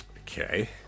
Okay